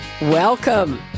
welcome